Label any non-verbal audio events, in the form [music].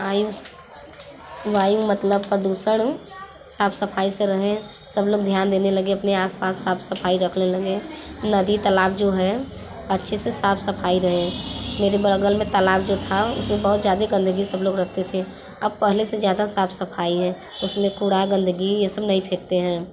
[unintelligible] वहीं मतलब प्रदूषण साफ़ सफ़ाई से रहें सब लोग ध्यान देने लगे अपने आस पास साफ़ सफ़ाई रखने लगे नदी तालाब जो है अच्छे से साफ़ सफ़ाई रहे मेरे बग़ल में तालाब जो था उसमें बहुत ज़्यादा गंदगी सब लोग रखते थे अब पहले से ज़्यादा साफ़ सफ़ाई है उसमें कूड़ा गंदगी ये सब नहीं फेंकते हैं